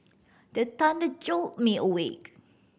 the thunder jolt me awake